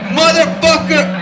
motherfucker